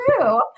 true